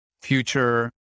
future